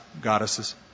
goddesses